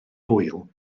hwyl